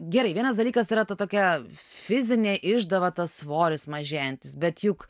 gerai vienas dalykas yra ta tokia fizinė išdava tas svoris mažėjantis bet juk